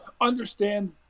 Understand